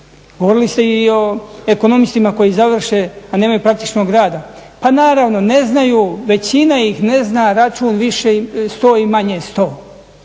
Govorili ste i o ekonomistima koji završe, a nemaju praktičnog rada. Pa naravno, ne znaju većina ih ne zna račun više 100 i manje 100.